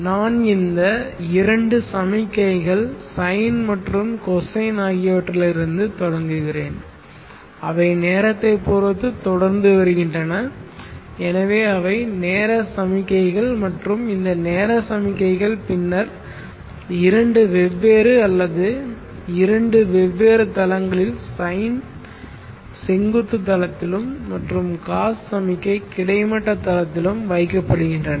நான் இந்த இரண்டு சமிக்ஞைகள் சைன் மற்றும் கொசைன் ஆகியவற்றிலிருந்து தொடங்குகிறேன் அவை நேரத்தை பொறுத்து தொடர்ந்து வருகின்றன எனவே அவை நேர சமிக்ஞைகள் மற்றும் இந்த நேர சமிக்ஞைகள் பின்னர் இரண்டு வெவ்வேறு அல்லது இரண்டு வெவ்வேறு தளங்களில் சைன் செங்குத்து தளத்திலும் மற்றும் காஸ் சமிக்ஞை கிடைமட்ட தளத்திலும் வைக்கப்படுகின்றன